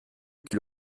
qu’il